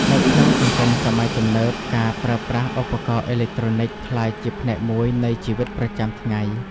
នៅក្នុងសង្គមសម័យទំនើប ការប្រើប្រាស់ឧបករណ៍អេឡិចត្រូនិចក្លាយជាផ្នែកមួយនៃជីវិតប្រចាំថ្ងៃ។